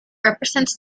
represents